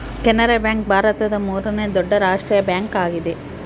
Canara bank ಭಾರತದ ಮೂರನೇ ದೊಡ್ಡ ರಾಷ್ಟ್ರೀಯ ಬ್ಯಾಂಕ್ ಆಗಿದೆ